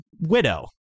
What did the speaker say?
widow